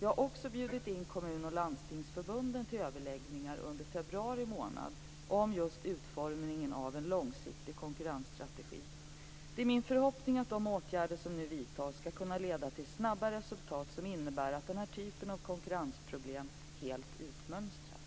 Jag har också bjudit in kommun och landstingsförbunden till överläggningar under februari månad om utformningen av en långsiktig konkurrensstrategi. Det är min förhoppning att de åtgärder som nu vidtas skall kunna leda till snabba resultat som innebär att den här typen av konkurrensproblem helt utmönstras.